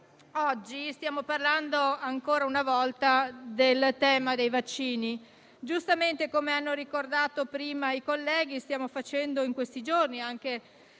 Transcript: stiamo parlando ancora una volta del tema dei vaccini. Giustamente, come hanno ricordato prima i colleghi, in questi giorni - e